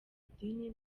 idini